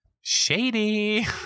Shady